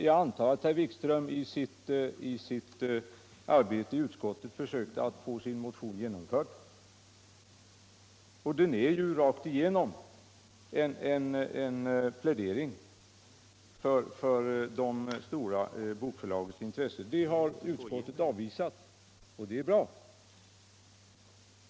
Jag antar att herr Wikström i silt arbete i utskottet har försökt få sin motion tillstyrkt, och den är rakt igenom en plidering för de stora bokförlagens intressen. Det har utskottet avvisat, och det är bra.